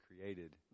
created